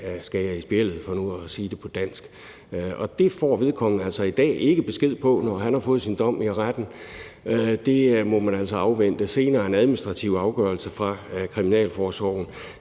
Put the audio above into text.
skal i spjældet, for nu at sige det på dansk. Og det får vedkommende altså i dag ikke besked på, når han har fået sin dom i retten; der må man altså afvente en administrativ afgørelse fra kriminalforsorgen